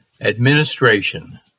Administration